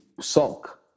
sulk